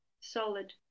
solid